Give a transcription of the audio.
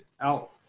out